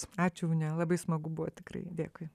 ačiū une labai smagu buvo tikrai dėkui